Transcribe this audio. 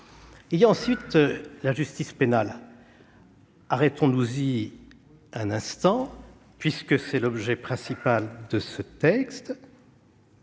Il y a ensuite la justice pénale. Arrêtons-nous-y un instant, puisque c'est l'objet principal de ce texte.